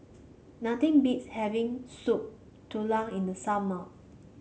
nothing beats having Soup Tulang in the summer